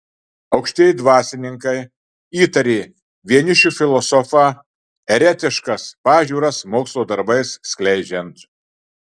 aukštieji dvasininkai įtarė vienišių filosofą eretiškas pažiūras mokslo darbais skleidžiant